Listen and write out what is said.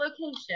location